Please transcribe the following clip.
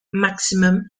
maximum